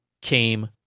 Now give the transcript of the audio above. came